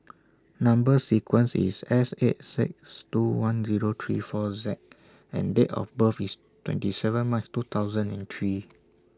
Number sequence IS S eight six two one Zero three four Z and Date of birth IS twenty seven March two thousand and three